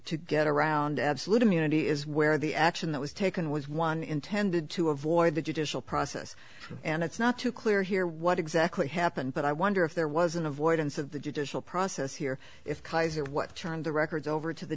to get around absolute immunity is where the action that was taken was one intended to avoid the judicial process and it's not too clear here what exactly happened but i wonder if there was an avoidance of the judicial process here if kaiser what turned the records over to the